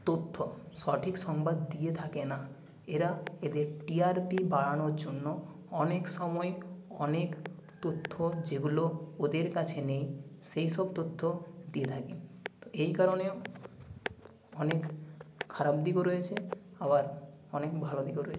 তথ্য সঠিক সংবাদ দিয়ে থাকে না এরা এদের টিআরপি বাড়ানোর জন্য অনেক সময় অনেক তথ্য যেগুলো ওদের কাছে নেই সেই সব তথ্য দিয়ে থাকে এই কারণেও অনেক খারাপ দিকও রয়েছে আবার অনেক ভালো দিকও রয়েছে